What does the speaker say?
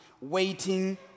waiting